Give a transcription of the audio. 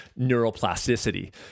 neuroplasticity